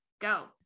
go